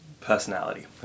personality